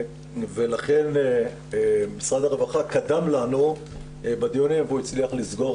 לכן משרד הרווחה קדם לנו בדיונים והוא הצליח לסגור